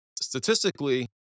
statistically